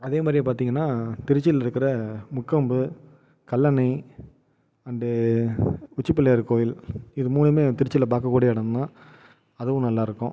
அதேமாதிரியே பார்த்திங்கன்னா திருச்சியில் இருக்கிற முக்கம்பு கல்லணை அண்ட் உச்சிப்பிள்ளையார் கோயில் இது மூணுமே திருச்சியில் பார்க்கக்கூடிய இடம்தான் அதுவும் நல்லாருக்கும்